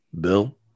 bill